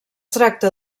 tracta